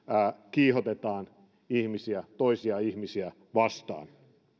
kiihotetaan ihmisiä toisia ihmisiä vastaan